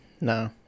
No